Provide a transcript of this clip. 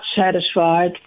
satisfied